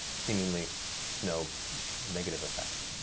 seemingly to no negative effect.